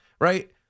right